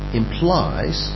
implies